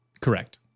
correct